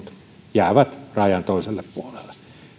jäävät rajan toiselle puolelle